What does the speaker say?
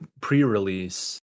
pre-release